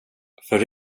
för